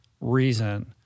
reason